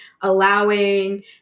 allowing